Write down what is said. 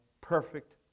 perfect